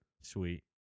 Sweet